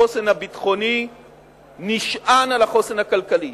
החוסן הביטחוני נשען על החוסן הכלכלי.